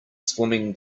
swimming